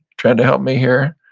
trying to help me here,